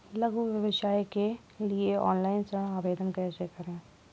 लघु व्यवसाय के लिए ऑनलाइन ऋण आवेदन कैसे करें?